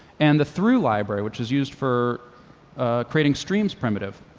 and the through library, which is used for creating streams primitive,